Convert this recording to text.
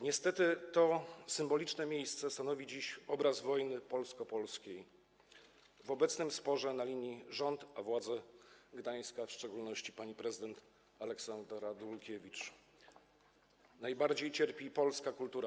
Niestety to symboliczne miejsce stanowi dziś obraz wojny polsko-polskiej, w obecnym sporze na linii rząd - władze Gdańska, w szczególności pani prezydent Aleksandra Dulkiewicz, najbardziej cierpi polska kultura.